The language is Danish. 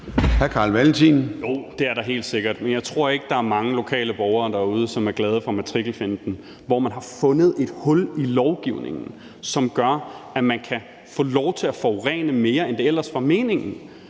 Carl Valentin (SF): Jo, det er der helt sikkert, men jeg tror ikke, at der er mange lokale borgere derude, som er glade for matrikelfinten, hvor man har fundet en hul i lovgivningen, som gør, at man kan få lov til at forurene mere, end det ellers var meningen,